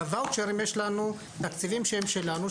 בוואוצ'רים יש לנו תקציבים שהם שלנו,